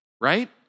right